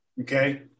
Okay